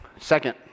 second